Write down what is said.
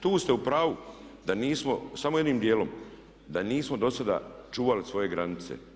Tu ste u pravu da nismo, samo jednim dijelom, da nismo dosada čuvali svoje granice.